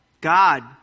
god